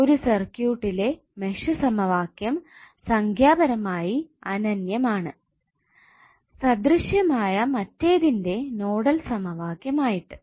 ഒരു സർക്യൂട്ടിലെ മെഷ് സമവാക്യം സംഖ്യാപരമായി അനന്യം ആണ്സദൃശമായ മറ്റേതിന്റെ നോഡൽ സമവാക്യം ആയിട്ട്